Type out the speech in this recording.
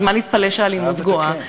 אז מה נתפלא שהאלימות גואה?